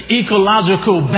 ecological